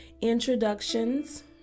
introductions